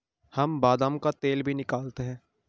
हम बादाम का तेल भी निकालते हैं